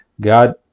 God